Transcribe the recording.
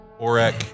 Orek